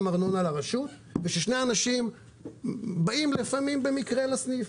ארנונה לרשות וששני אנשים יבואו לפעמים במקרה לסניף.